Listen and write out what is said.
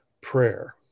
prayer